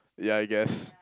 yeah I guess